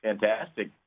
fantastic